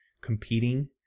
competing